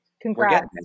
congrats